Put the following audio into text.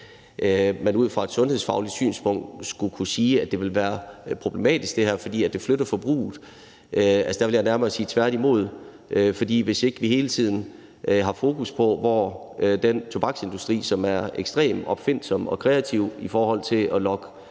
man ud fra et sundhedsfagligt synspunkt skulle kunne sige, at det her vil være problematisk, fordi det flytter forbruget. Der vil jeg nærmere sige tværtimod. For vi skal hele tiden have fokus på den tobaksindustri, som er ekstremt opfindsom og kreativ i forhold til at lokke